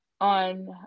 on